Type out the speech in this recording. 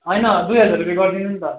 होइन दुई हजार रुपे गरिदिनु नि त